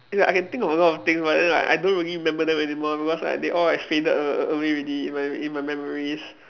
is like I can think of a lot of things but then like I don't really remember them anymore because like they all have faded a~ away already in my in my memories